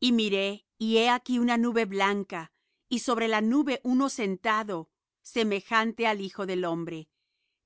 y miré y he aquí una nube blanca y sobre la nube uno sentado semejante al hijo del hombre